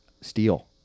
Steel